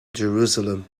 jerusalem